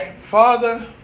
Father